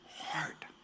heart